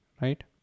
Right